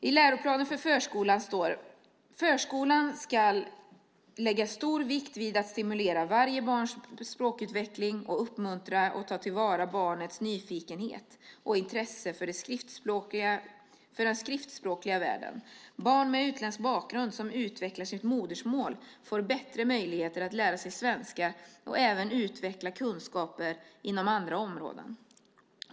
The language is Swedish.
I läroplanen för förskolan står att "förskolan skall lägga stor vikt vid att stimulera varje barns språkutveckling och uppmuntra och ta till vara barnets nyfikenhet och intresse för den skriftspråkliga världen. Barn med utländsk bakgrund som utvecklar sitt modersmål får bättre möjligheter att lära sig svenska och även utveckla kunskaper inom andra områden.